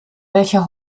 welcher